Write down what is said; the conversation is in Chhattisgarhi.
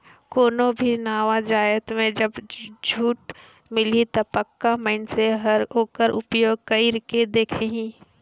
कोनो भी नावा जाएत में जब छूट मिलही ता पक्का मइनसे हर ओकर उपयोग कइर के देखही